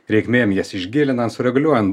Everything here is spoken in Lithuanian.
reikmėm jas išgilinan sureguliuojan